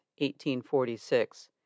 1846